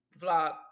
vlog